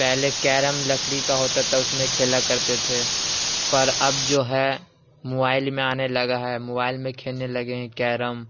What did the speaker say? پہلے کیرم لکڑی کا ہوتا تھا اس میں کھیلا کرتے تھے پر اب جو ہے موبائل میں آنے لگا ہے موبائل میں کھیلنے لگے ہیں کیرم